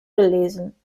gelesen